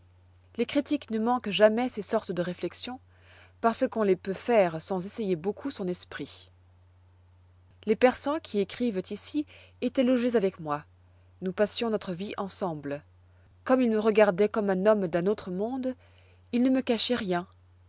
les critiques ne manquent jamais ces sortes de réflexions parce qu'on les peut faire sans essayer beaucoup son esprit les persans qui écrivent ici étoient logés avec moi nous passions notre vie ensemble comme ils me regardoient comme un homme d'un autre monde ils ne me cachoient rien